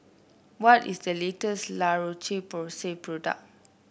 what is the latest La Roche Porsay product